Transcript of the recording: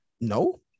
no